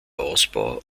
ausbau